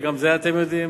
וגם את זה אתם יודעים,